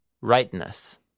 rightness